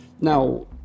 Now